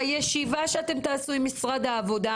בישיבה המשולשת שאתם תעשו עם משרד העבודה,